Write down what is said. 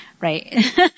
Right